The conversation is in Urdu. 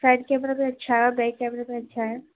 فرنٹ کیمرہ بھی اچھا ہے اور بیک کیمرہ بھی اچھا ہے